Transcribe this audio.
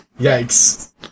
Yikes